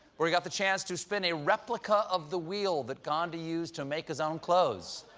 where he got the chance to spin a replica of the wheel that gandhi used to make his own clothes.